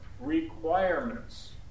requirements